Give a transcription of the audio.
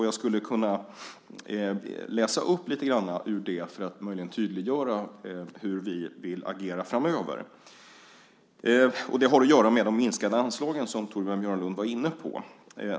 Jag skulle kunna läsa upp lite grann ur det för att möjligen tydliggöra hur vi vill agera framöver. Och det har att göra med de minskade anslagen, som Torbjörn Björlund var inne på.